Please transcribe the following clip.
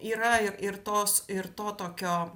yra ir tos ir to tokio